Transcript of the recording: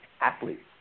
athletes